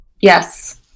Yes